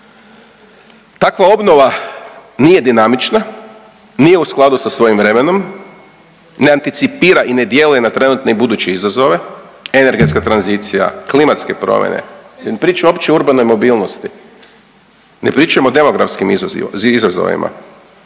Takva obnova nije dinamična, nije u skladu sa svojim vremenom, ne anticipira i ne djeluje na trenutne i buduće izazove, energetska tranzicija, klimatske promjene, da ne pričam uopće o urbanoj mobilnosti. Ne pričam o demografskim izazovima,